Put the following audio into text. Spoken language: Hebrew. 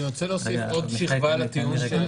אני רוצה להוסיף עוד שכבה לטיעון.